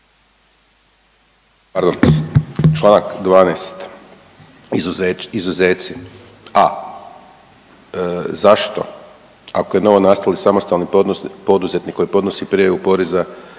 Pardon, čl. 12. izuzeci, a) zašto ako je novonastali i samostalni poduzetnik koji podnosi prijavu poreza